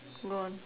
don't